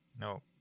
No